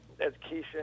education